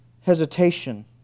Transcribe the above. hesitation